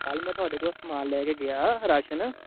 ਕੱਲ੍ਹ ਮੈਂ ਤੁਹਾਡੇ ਕੋਲ ਸਮਾਨ ਲੈ ਕੇ ਗਿਆ ਰਾਸ਼ਨ